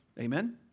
Amen